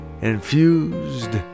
infused